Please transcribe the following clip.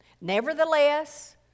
nevertheless